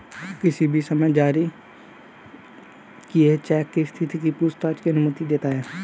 किसी भी समय जारी किए चेक की स्थिति की पूछताछ की अनुमति देता है